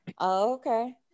Okay